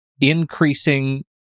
increasing